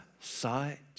sight